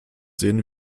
sehen